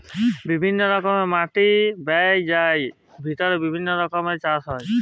বিভিল্য রকমের মাটি হ্যয় যার ভিত্তিতে বিভিল্য রকমের চাস হ্য়য়